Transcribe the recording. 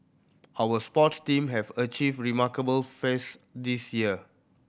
our sports team have achieved remarkable feats this year